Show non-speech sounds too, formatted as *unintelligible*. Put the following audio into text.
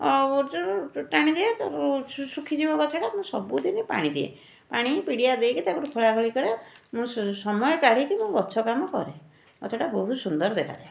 ଆଉ *unintelligible* ଟାଣି ଦିଏ ତ ଶୁଖ ଶୁଖିଯିବ ଗଛଟା ମୁଁ ସବୁ ଦିନ ପାଣି ଦିଏ ପାଣି ପିଡ଼ିଆ ଦେଇକି ତାକୁ ଖୋଳାଖୋଳି କରେ ମୁଁ ସମ ସମୟ କାଢ଼ିକି ମୁଁ ଗଛ କାମ କରେ ଗଛଟା ବହୁତ ସୁନ୍ଦର ଦେଖାଯାଏ